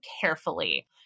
carefully